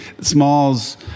Smalls